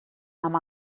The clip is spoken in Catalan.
amb